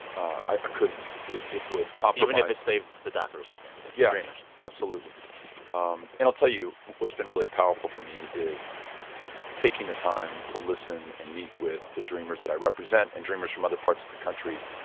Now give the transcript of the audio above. ah i couldn't. it it would compromise. even if it saves the daca recipients, the yeah dreamers absolutely. um and i'll tell you what's been really powerful for me is taking the time to listen and meet with the dreamers that i represent and dreamers from other parts of the country,